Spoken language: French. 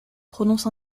prononce